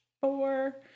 four